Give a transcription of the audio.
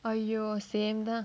!aiyo! சேந்தா:senthaa